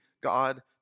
God